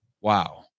Wow